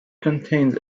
contains